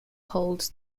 holds